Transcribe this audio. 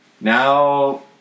now